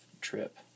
trip